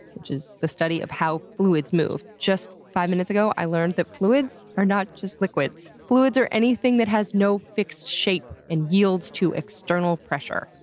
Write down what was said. which is the study of how fluids move. just five minutes ago i learned that fluids are not just liquids. fluids are anything that has no fixed shape and yields to external pressure,